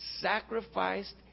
sacrificed